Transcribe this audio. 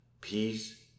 Peace